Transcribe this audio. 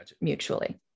mutually